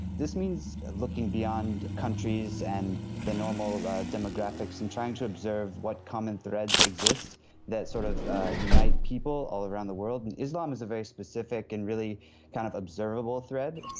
this means looking beyond countries and the normal demographics and trying to observe what common threads exist that sort of ah unite people all around the world. and islam is a very specific and really kind of observable thread,